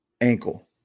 ankle